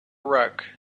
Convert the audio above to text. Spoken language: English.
rug